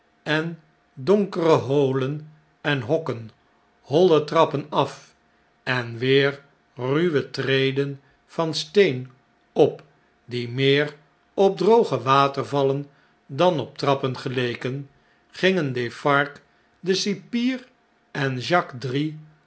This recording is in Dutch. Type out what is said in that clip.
en donkere holen en hokken holle trappen af en weer ruwe treden van steen op die meer op droge watervallen dan op trappen geleken gingen defarge de cipier en jacques drie